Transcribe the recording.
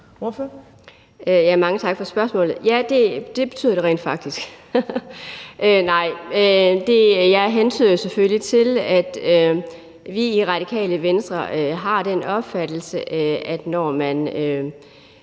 Mange tak for spørgsmålet. Ja, det betyder det rent faktisk. Nej, jeg hentyder jo selvfølgelig til, at vi i Radikale Venstre har den opfattelse, at det, når man,